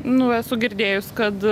nuo esu girdėjus kad